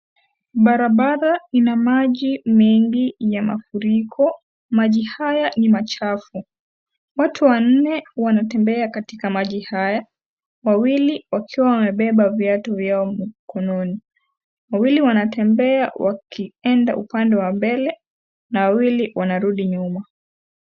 Barabara ina maji mengi ya mafuriko. Maji haya ni machafu . Watu wanne wanatembea katika maji haya, wawili wakiwa wamebeba viatu vyao mikononi. Wawili wanatembea wakienda upande wa mbele na wawili wanarudi nyuma.